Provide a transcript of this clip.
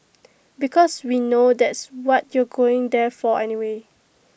because we know that's what you're going there for anyway